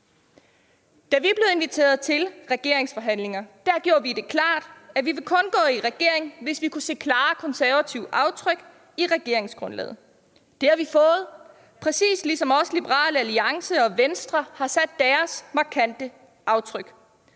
Da vi blev inviteret til regeringsforhandlinger, gjorde vi det klart, at vi kun ville gå i regering, hvis vi kunne se klare konservative aftryk i regeringsgrundlaget. Det har vi fået, præcis ligesom også Liberal Alliance og Venstre har sat deres markante aftryk.